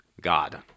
God